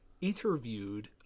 interviewed